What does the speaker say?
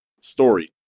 story